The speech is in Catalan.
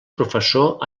professor